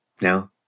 no